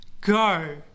Go